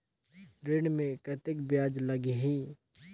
ऋण मे कतेक ब्याज लगही?